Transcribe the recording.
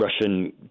Russian